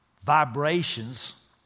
vibrations